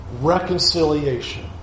reconciliation